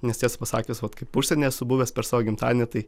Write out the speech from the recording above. nes tiesą pasakius vat kaip užsieny esu buvęs per savo gimtadienį tai